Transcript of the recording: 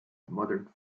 modern